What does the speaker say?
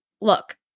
look